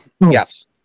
Yes